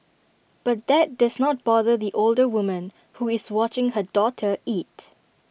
but that does not bother the older woman who is watching her daughter eat